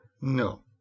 no